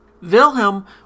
Wilhelm